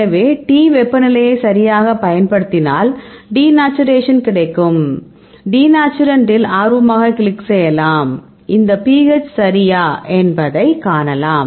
எனவே T வெப்பநிலையை சரியாகப் பயன்படுத்தினால் டிநேச்சுரேஷன் கிடைக்கும் டிநேச்சுரண்ட்டில் ஆர்வமாக கிளிக் செய்யலாம் இந்த pH சரியா என்பதை காணலாம்